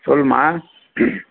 சொல்லும்மா